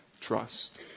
Trust